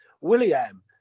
William